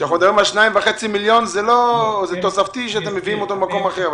כשמדברים על 2.5 מיליון זה תוספתי שאתם מביאים את זה ממקום אחר.